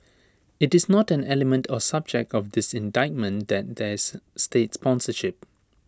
IT is not an element or subject of this indictment that there is state sponsorship